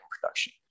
production